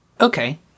Okay